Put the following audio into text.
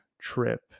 trip